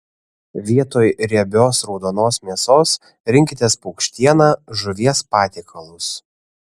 vietoj riebios raudonos mėsos rinkitės paukštieną žuvies patiekalus